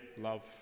love